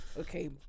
okay